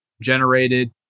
generated